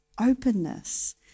openness